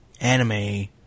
anime